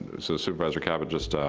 so supervisor caput just, ah,